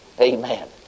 Amen